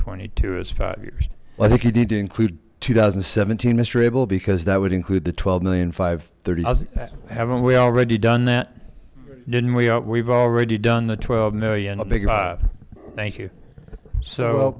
twenty two is five years i think you need to include two thousand and seventeen mr abel because that would include the twelve million five thirty haven't we already done that didn't we out we've already done the twelve million a